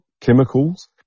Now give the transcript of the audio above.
chemicals